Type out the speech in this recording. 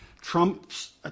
Trump's